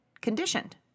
conditioned